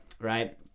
right